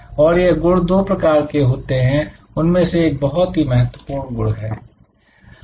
और यह गुण दो प्रकार के होते हैं उनमें से एक बहुत ही महत्वपूर्ण गुण है